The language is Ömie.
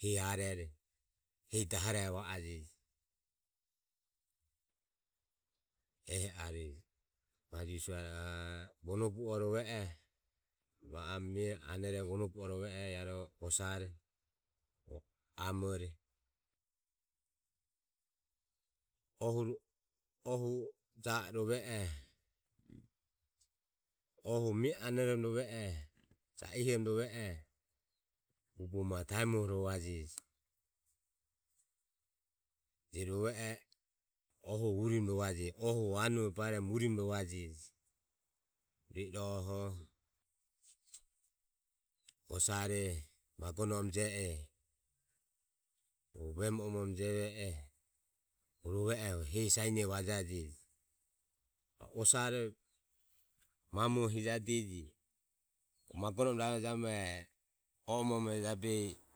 hehi arero. hehi dahorero va ajeji ehi arue je majo visuoho. A vono bu o rove oho va oromo mioho anoromo rove oho ro osare amore ohu o ja o rove oho, ohuro mie anoromo rove oho o ja ihoromo rove oho bogo ma taemuoho rovajeji. Je rove oho ohuro urimo rovaje, ohuro anuue baeromo rovajeji. rue iroho oho osare magonahe omo ome je oho o vemu omo ome je oho hu rove oho hu hehi sienoho vajajeji. Arue osare amore hijadeje. o magonahe raromoromo oe omo ome jabehi